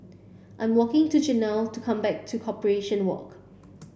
I'm walking to Jonell to come back to Corporation Walk